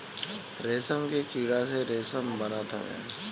रेशम के कीड़ा से रेशम बनत हवे